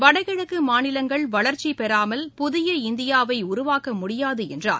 வடகிழக்குமாநிலங்கள் வளர்ச்சிபெறாமல் புதிய இந்தியாவைஉருவாக்கமுடியாதுஎன்றார்